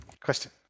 question